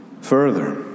Further